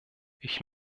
ich